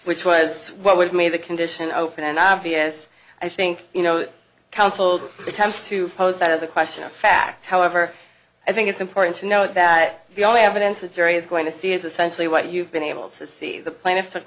which was what with me the condition open and obvious i think you know counseled attempts to pose that as a question of fact however i think it's important to know that the only evidence a jury is going to see is essentially what you've been able to see the pla